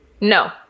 No